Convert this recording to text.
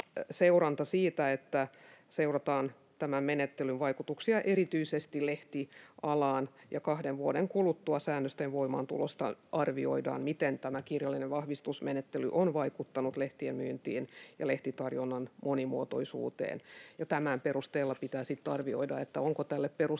seuranta siitä, että seurataan tämän menettelyn vaikutuksia erityisesti lehtialaan, ja kahden vuoden kuluttua säännösten voimaantulosta arvioidaan, miten tämä kirjallinen vahvistusmenettely on vaikuttanut lehtien myyntiin ja lehtitarjonnan monimuotoisuuteen, ja tämän perusteella pitää sitten arvioida, onko tälle perusteita